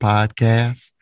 Podcast